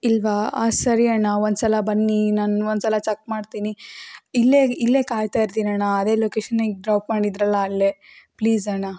ಇಲ್ಲವಾ ಸರಿ ಅಣ್ಣ ಒಂದು ಸಲ ಬನ್ನಿ ನಾನು ಒಂದು ಸಲ ಚಕ್ ಮಾಡ್ತೀನಿ ಇಲ್ಲೇ ಇಲ್ಲೇ ಕಾಯ್ತಾ ಇರ್ತಿನಣ್ಣ ಅದೇ ಲೋಕೇಶನಿಗೆ ಡ್ರಾಪ್ ಮಾಡಿದ್ದರಲ್ಲ ಅಲ್ಲೇ ಪ್ಲೀಸ್ ಅಣ್ಣ